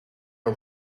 our